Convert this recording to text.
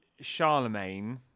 Charlemagne